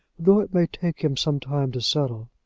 though it may take him some time to settle.